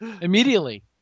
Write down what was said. Immediately